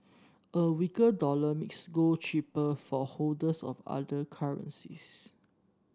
a weaker dollar makes gold cheaper for holders of other currencies